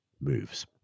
Moves